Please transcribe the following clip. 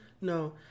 No